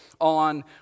on